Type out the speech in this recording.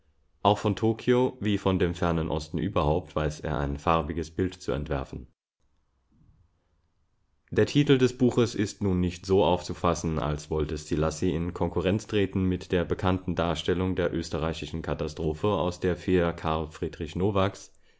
auch von tokio wie von dem fernen osten überhaupt weiß er ein farbiges bild zu entwerfen der titel des buches ist nun nicht so aufzufassen als wollte szilassy in konkurrenz treten mit der bekannten darstellung der österreichischen katastrophe aus der feder karl friedrich nowaks